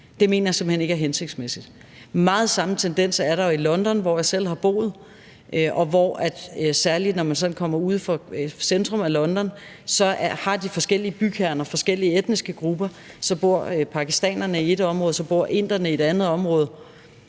jeg simpelt hen ikke er hensigtsmæssigt. Der er mange af de samme tendenser i London, hvor jeg selv har boet. Særlig når man kommer uden for centrum af London, har de forskellige bykerner forskellige etniske grupper. Så bor pakistanerne i et område, så bor inderne i et andet område,